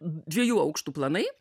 dviejų aukštų planai